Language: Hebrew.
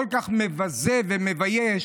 כל כך מבזה ומבייש,